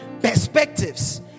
perspectives